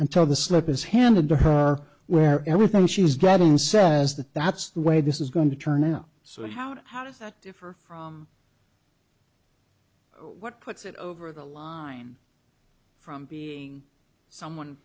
until the slip is handed to her where everything she's getting says that that's the way this is going to turn out so how do how does that differ from what puts it over the line from being someone